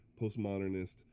postmodernist